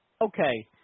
okay